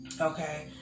Okay